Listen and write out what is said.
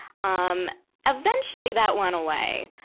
um eventually, that went away.